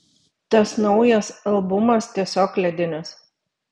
tas naujas albumas tiesiog ledinis